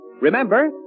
Remember